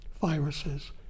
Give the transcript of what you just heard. viruses